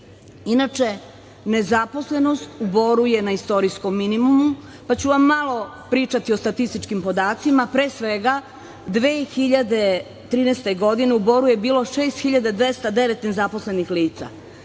nezaposlenost u Boru je na istorijskom minimumu, pa ću vam malo pričati o statističkim podacima. Pre svega, 2013. godine u Boru je bilo 6.209 nezaposlenih lica.